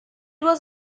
was